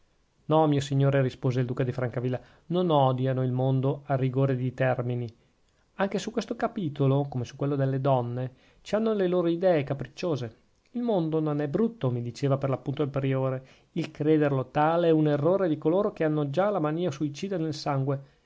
no mio signore rispose il duca di francavilla non odiano il mondo a rigore di termini anche su questo capitolo come su quello delle donne ci hanno le loro idee capricciose il mondo non è brutto mi diceva per l'appunto il priore il crederlo tale è un errore di coloro che hanno già la mania suicida nel sangue